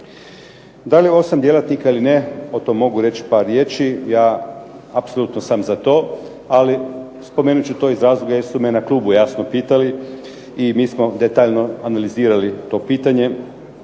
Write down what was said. Da li 8 djelatnika ili ne, o tom mogu reći par riječi. Ja apsolutno sam za to, ali spomenut ću to iz razloga jer su me na klubu jasno pitali i mi smo detaljno analizirali to pitanje.